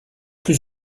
plus